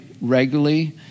regularly